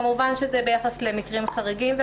כמובן שזה ביחס למקרים חריגים.